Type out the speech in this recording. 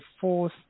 fourth